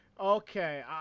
okay